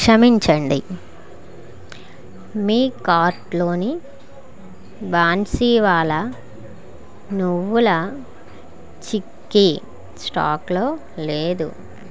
క్షమించండి మీ కార్ట్లోని బాన్సీవాలా నువ్వుల చిక్కీ స్టాక్లో లేదు